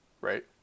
right